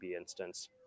instance